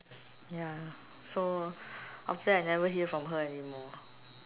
ya so after I never hear from her anymore